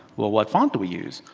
well what font do we use?